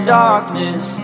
darkness